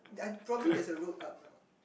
uh probably there's a road up now ah